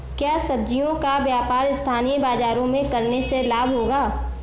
क्या सब्ज़ियों का व्यापार स्थानीय बाज़ारों में करने से लाभ होगा?